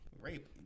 Rape